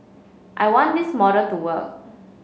I want this model to work